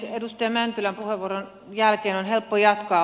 edustaja mäntylän puheenvuoron jälkeen on helppo jatkaa